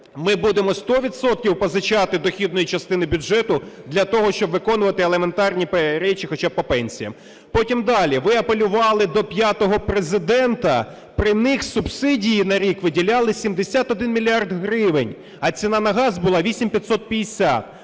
ми будемо 100 відсотків позичати дохідної частини бюджету для того, щоб виконувати елементарні речі хоча б по пенсіях. Потім далі, ви апелювали до п'ятого Президента. При них субсидії на рік виділяли 71 мільярд гривень, а ціна на газ була 8550.